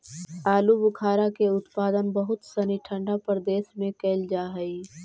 आलूबुखारा के उत्पादन बहुत सनी ठंडा प्रदेश में कैल जा हइ